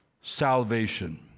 salvation